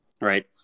right